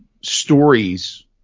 stories